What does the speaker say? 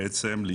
בעצם,